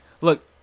Look